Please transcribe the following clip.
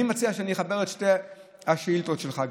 אני מציע שאני אחבר את שתי השאילתות שלך,